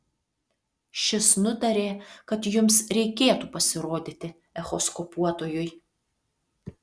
šis nutarė kad jums reikėtų pasirodyti echoskopuotojui